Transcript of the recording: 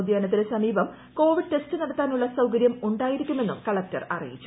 ഉദ്യാനത്തിന് സമീപം covid test നടത്താൻ ഉള്ള സൌകര്യാ ഉണ്ടായിരിക്കുമെന്നും കളക്ടർ അറിയിച്ചു